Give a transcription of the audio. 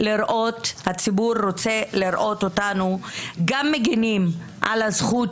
והציבור רוצה לראות אותנו גם מגנים על הזכות